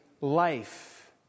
life